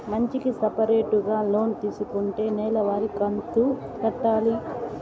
మంచికి సపరేటుగా లోన్ తీసుకుంటే నెల వారి కంతు కట్టాలి